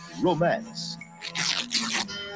romance